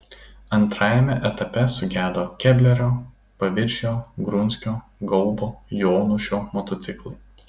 antrajame etape sugedo keblerio paviržio grunskio gaubo jonušio motociklai